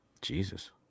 Jesus